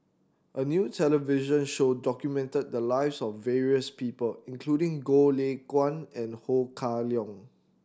a new television show documented the lives of various people including Goh Lay Kuan and Ho Kah Leong